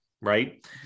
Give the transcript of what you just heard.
right